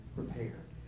prepared